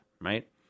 right